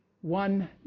one